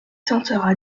tentera